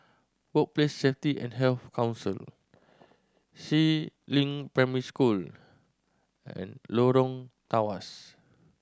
Workplace Safety and Health Council Si Ling Primary School and Lorong Tawas